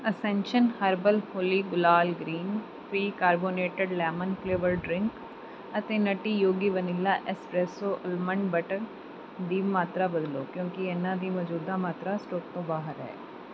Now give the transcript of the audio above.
ascension herbal Holi gulal green free carbonated lemon flavoured drink ਅਤੇ nutty Yogi vanilla espresso almond butter ਦੀ ਮਾਤਰਾ ਬਦਲੋ ਕਿਉਂਕਿ ਇਹਨਾਂ ਦੀ ਮੌਜੂਦਾ ਮਾਤਰਾ ਸਟਾਕ ਤੋਂ ਬਾਹਰ ਹੈ